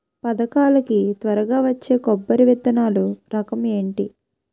పథకాల కి త్వరగా వచ్చే కొబ్బరి విత్తనాలు రకం ఏంటి?